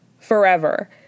forever